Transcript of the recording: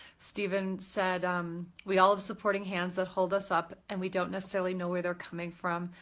stephen said um we all have supporting hands that hold us up and we don't necessarily know where they're coming from.